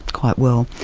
quite well.